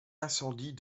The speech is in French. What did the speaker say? incendie